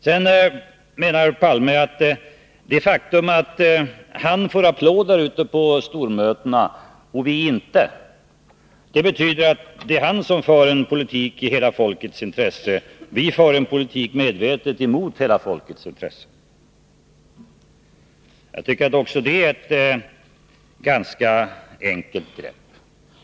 Olof Palme menar att det faktum att han får applåder ute på stormötena men inte vi betyder att det är han som för en politik i hela folkets intresse och att vi medvetet för en politik emot hela folkets intresse. Jag tycker att också det är ett ganska enkelt grepp.